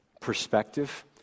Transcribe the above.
perspective